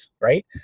Right